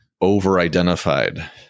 over-identified